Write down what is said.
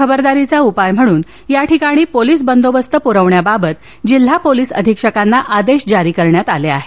खबरदारीचा उपाय म्हणून याठिकाणी पोलीस बंदोबस्त पुरवण्याबाबत जिल्हा पोलीस अधीक्षकाना आदेश जारी करण्यात आले आहेत